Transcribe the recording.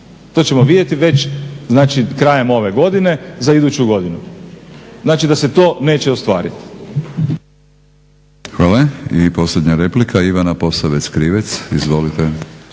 To ćemo vidjeti već znači krajem ove godine, za iduću godinu. Znači da se to neće ostvarit.